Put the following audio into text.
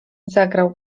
zagrał